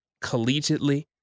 collegiately